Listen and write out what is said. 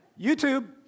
YouTube